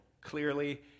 clearly